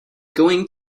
going